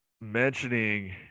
mentioning